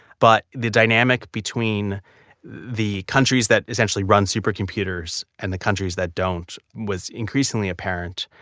but the dynamic between the countries that essentially run supercomputers and the countries that don't was increasingly apparent.